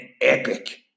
epic